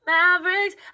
Mavericks